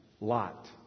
Lot